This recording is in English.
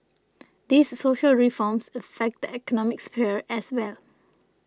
these social reforms affect the economic sphere as well